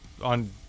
On